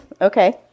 Okay